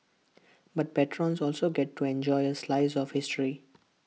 but patrons also get to enjoy A slice of history